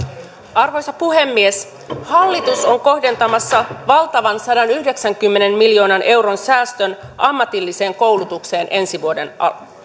arvoisa puhemies hallitus on kohdentamassa valtavan sadanyhdeksänkymmenen miljoonan euron säästön ammatilliseen koulutukseen